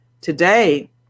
today